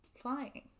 flying